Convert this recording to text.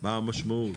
מה המשמעות?